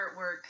artwork